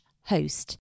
host